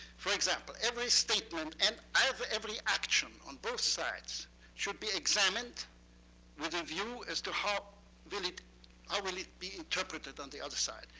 for example, every statement and every action on both sides should be examined with the view as to how will it ah will it be interpreted on the other side.